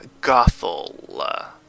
Gothel